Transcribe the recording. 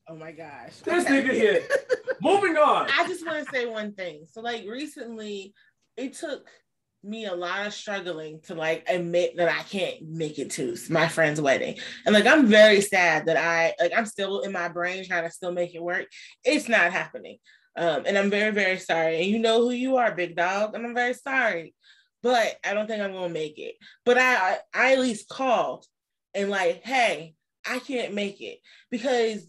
Oh my gosh. This Okay. nigga here. Moving on. I just wanna say one thing. So, like, recently, it took me a lot of struggling to, like, admit that I can't make it to my friend's wedding. And, like, I'm very sad that I- like, I'm still in my brain trying to still make it work. It's not happening. Um, and I'm very, very sorry. And you know who you are, big dog, and I'm very sorry. But I don't think I'm gonna make it. But I- I- I at least called and, like, hey, I can't make it. Because